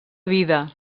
vida